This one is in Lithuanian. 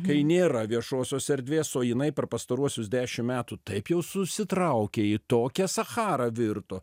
kai nėra viešosios erdvės o jinai per pastaruosius dešim metų taip jau susitraukė į tokią sacharą virto